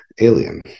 alien